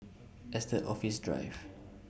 Estate Office Drive